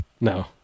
No